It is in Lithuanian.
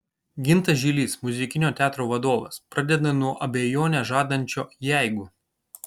gintas žilys muzikinio teatro vadovas pradeda nuo abejonę žadančio jeigu